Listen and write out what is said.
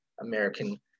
american